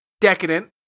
decadent